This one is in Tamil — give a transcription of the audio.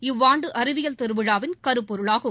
இவ்வாண்டு அறிவியல் திருவிழாவின் கருப்பொருளாகும்